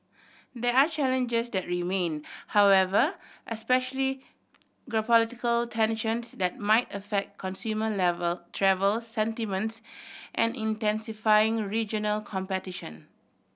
there are challenges that remain however especially geopolitical tensions that might affect consumer level travel sentiments and intensifying regional competition